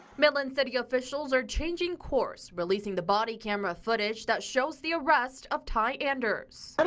midland city officials are changing course, releasing the body camera footage that shows the arrest of tye anders. um